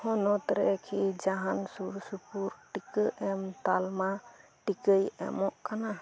ᱦᱚᱱᱚᱛ ᱨᱮᱠᱤ ᱡᱟᱦᱟᱱ ᱥᱩᱨᱥᱩᱯᱩᱨ ᱴᱤᱠᱟᱹ ᱮᱢ ᱛᱟᱞᱢᱟ ᱴᱤᱠᱟᱹᱭ ᱮᱢᱚᱜ ᱠᱟᱱᱟ